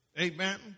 amen